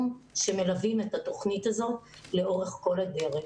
שמלווים את התוכנית הזאת לאורך כל הדרך.